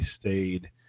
stayed